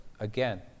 Again